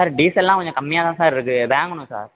sir diesel எல்லாம் கொஞ்சம் கம்மியாகதான் சார் இருக்கு வாங்கணும் சார்